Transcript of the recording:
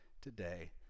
today